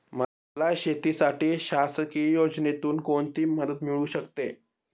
मला शेतीसाठी शासकीय योजनेतून कोणतीमदत मिळू शकते?